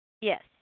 Yes